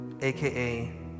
AKA